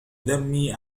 دمي